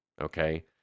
Okay